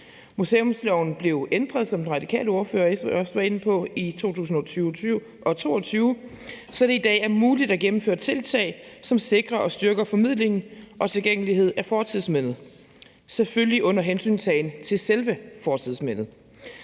Museumsloven blev, som den radikale ordfører også var inde på, ændret i 2022, så det i dag er muligt at gennemføre tiltag, som sikrer og styrker formidlingen og tilgængeligheden af fortidsmindet – selvfølgelig under hensyntagen til selve fortidsmindet.